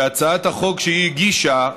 בהצעת החוק שהיא הגישה,